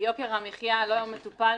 שיוקר המחיה לא מטופל.